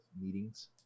meetings